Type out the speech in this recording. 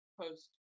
post